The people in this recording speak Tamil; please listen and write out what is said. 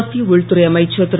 மத்திய உள்துறை அமைச்சர் திரு